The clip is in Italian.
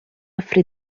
offre